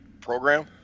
program